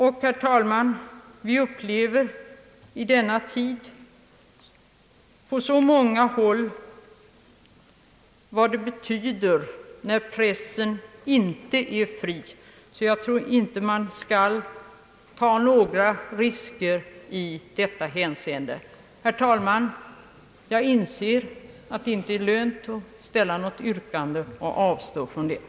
Och, herr talman, vi upplever i denna tid vad det på många håll innebär att pressen inte är fri. Jag tror därför inte man skall ta några risker i detta hänseende. Herr talman! Jag inser att det inte är lönt att ställa något yrkande utan avstår från detta.